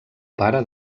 pare